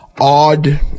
odd